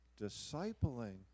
Discipling